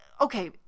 Okay